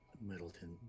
Middleton